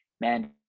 man